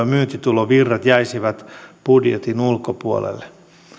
myyntitulovirrat jäisivät budjetin ulkopuolelle